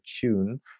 tune